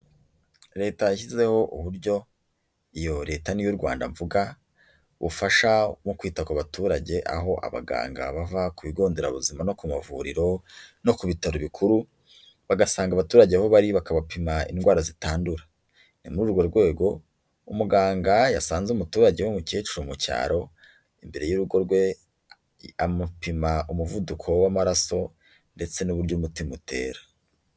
Leta yashyizeho uburyo, iyo leta ni iy'u Rwanda mvuga, ubufasha mu kwita ku baturage, aho abaganga bava ku bigo nderabuzima no ku mavuriro, no ku bitaro bikuru, bagasanga abaturage aho bari bakabapima indwara zitandura, ni muri urwo rwego, umuganga yasanze umuturage w'umukecuru mu cyaro, imbere y'urugo rwe, amupima umuvuduko w'amaraso, ndetse n'uburyo umutima utera.